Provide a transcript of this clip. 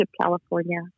California